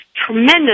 tremendous